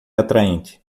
atraente